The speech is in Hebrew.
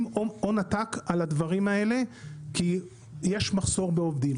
הון עתק על הדברים האלה כי יש מחסור בעובדים.